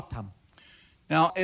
Now